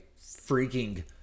freaking –